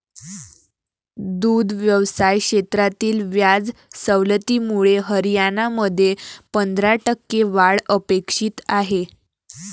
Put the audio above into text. दुग्ध व्यवसाय क्षेत्रातील व्याज सवलतीमुळे हरियाणामध्ये पंधरा टक्के वाढ अपेक्षित आहे